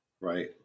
Right